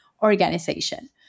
organization